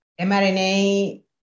mRNA